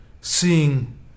seeing